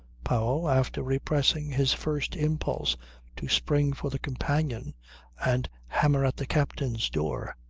powell, after repressing his first impulse to spring for the companion and hammer at the captain's door,